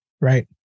Right